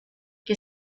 que